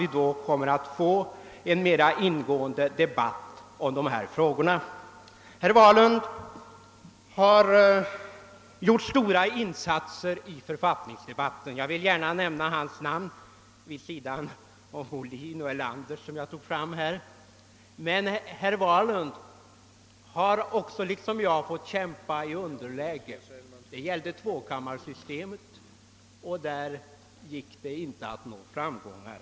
Då är jag säker på att vi får en mera ingående debatt om dessa frågor. Herr Wahlund har gjort stora insatser i debatten om författningsfrågorna. Jag vill gärna här nämna hans namn vid sidan om herr Ohlin och herr Erlander, som jag tidigare nämnde. Men herr Wahlund har också liksom jag fått kämpa i underläge. Detta gällde frågan om tvåkammarsystemet, där han inte lyckades nå framgångar.